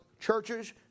churches